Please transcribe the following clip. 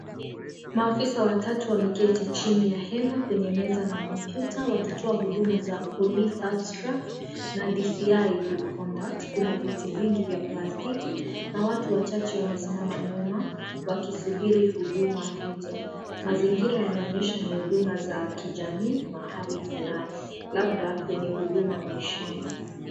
Maafisa watatu wameketi chini ya hemwa kwenye meza na kompyuta wakitoa huduma za police abstract na DCI good conduct . Kuna viti vingi vya plastiki na watu wachche wamesimama nyuma wakisubiri huduma hizo. Mazingira yanaonyesha ni huduma za kijamiimahali fulani labda kwenye huduma maishani.